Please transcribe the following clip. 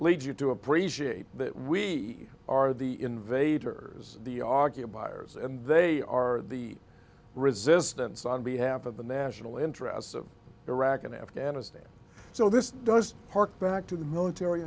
leads you to appreciate that we are the invader is the occupiers and they are the resistance on behalf of the national interests of iraq and afghanistan so this does hark back to the military